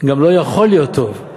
גם לא יכול להיות טוב.